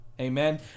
Amen